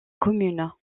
commune